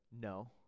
no